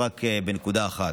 יוסף חמיס אלזיאדנה,